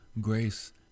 grace